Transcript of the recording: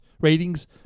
ratings